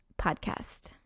podcast